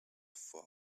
for